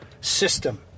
system